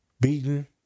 beaten